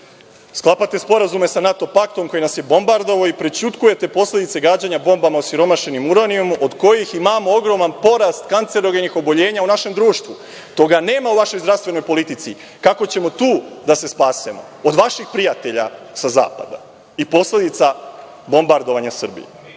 Sklapate sporazume sa NATO-paktom koji nas je bombardovao i prećutkujete posledice gađanja bombama osiromašenim uranijumom od kojih imamo ogroman porast kancerogenih oboljenja u našem društvu. Toga nema u vašoj zdravstvenoj politi. Kako ćemo tu da se spasemo? Od vaših prijatelja sa zapada i posledica bombardovanja Srbije. Vi